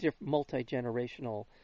multi-generational